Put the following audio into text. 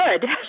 Good